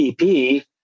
EP